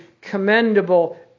commendable